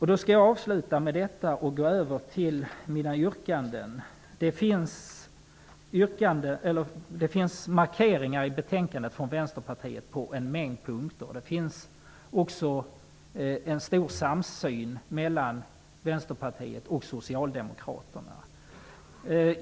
Jag skall avsluta med att gå över till mina yrkanden. Vänsterpartiet har gjort markeringar på en mängd punkter i betänkandet. Det finns också en samsyn mellan Vänsterpartiet och Socialdemokraterna.